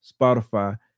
Spotify